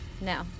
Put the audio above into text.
no